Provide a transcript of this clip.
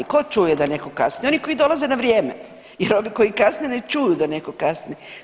Tko čuje da netko kasni, oni koji dolaze na vrijeme jer oni koji kasne ne čuju da netko kasni.